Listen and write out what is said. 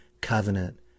covenant